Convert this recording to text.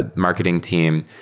ah marketing team.